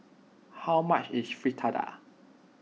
how much is Fritada